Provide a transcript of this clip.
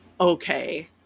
okay